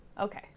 Okay